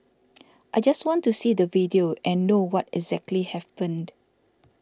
I just want to see the video and know what exactly happened